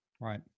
Right